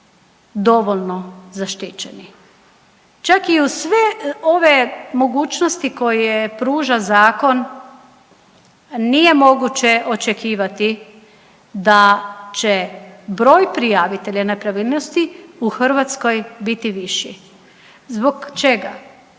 dovoljno zaštićeni, čak i uz sve ove mogućnosti koje pruža zakon nije moguće očekivati da će broj prijavitelja nepravilnosti u Hrvatskoj biti viši. Zbog čega?